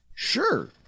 sure